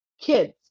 kids